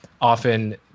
Often